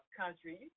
country